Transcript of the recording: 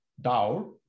doubt